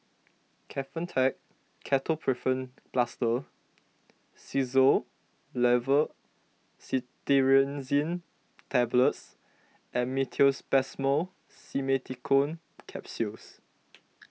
Kefentech Ketoprofen Plaster Xyzal Levocetirizine Tablets and Meteospasmyl Simeticone Capsules